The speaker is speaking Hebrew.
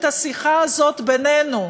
את השיחה הזאת בינינו,